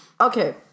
Okay